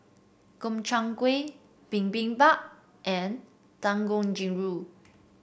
Gobchang Gui Bibimbap and Dangojiru